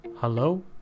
Hello